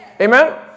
Amen